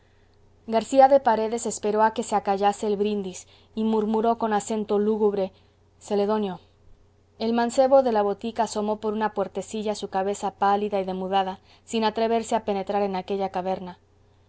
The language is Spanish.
garcía de paredes esperó a que se acallase el brindis y murmuró con acento lúgubre celedonio el mancebo de la botica asomó por una puertecilla su cabeza pálida y demudada sin atreverse a penetrar en aquella caverna